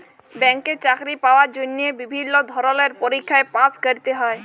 ব্যাংকে চাকরি পাওয়ার জন্হে বিভিল্য ধরলের পরীক্ষায় পাস্ ক্যরতে হ্যয়